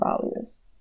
values